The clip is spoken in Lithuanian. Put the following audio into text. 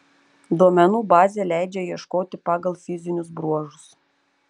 duomenų bazė leidžia ieškoti pagal fizinius bruožus